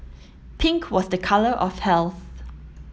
pink was a colour of health